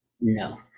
no